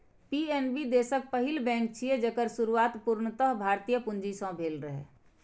PNB देशक पहिल bank छियै, जेकर शुरुआत पूर्णतः भारतीय पूंजी सं भेल रहै